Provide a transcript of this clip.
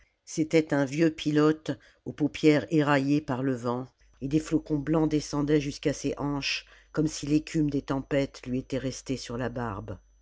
c'était un vieux pilote aux paupières éraillées par le vent et des flocons blancs descendaient jusqu'à ses hanches comme si l'écume des tempêtes lui était restée sur la barbe